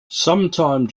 sometime